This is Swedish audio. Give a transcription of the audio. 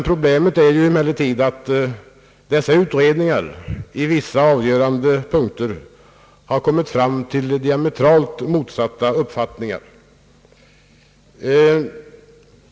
Problemet är emellertid att dessa utredningar i vissa avgörande punkter har kommit fram till diametralt motsatta uppfattningar.